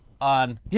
on